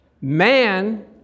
man